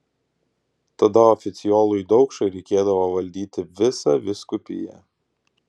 tada oficiolui daukšai reikėdavo valdyti visą vyskupiją